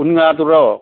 ꯎꯟ ꯉꯥꯗꯨꯔꯣ